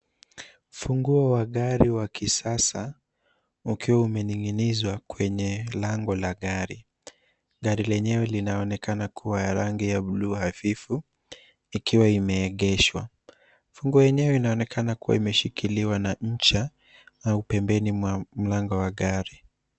Funguo wa gari wa kisasa ukiwa umening'inizwa kwenye lango la gari. Gari lenyewe linaonekana kuwa ya rangi ya buluu hafifu ikiwa imeegeshwa . Funguo yenyewe inaonekana kuwa imeshikiliwa na ncha au pembeni mwa mlango wa gari.